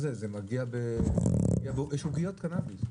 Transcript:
יש עוגיות קנביס.